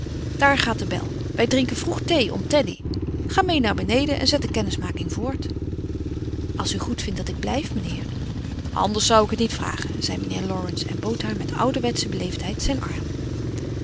daar gaat de bel wij drinken vroeg thee om teddy ga mee naar beneden en zet de kennismaking voort als u goed vindt dat ik blijf mijnheer anders zou ik het niet vragen zei mijnheer laurence en bood haar met ouderwetsche beleefdheid zijn arm